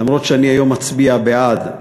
למרות שאני היום אצביע בעד,